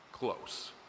close